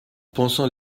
pensant